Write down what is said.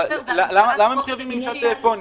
כזה --- למה חייבים משאל טלפוני?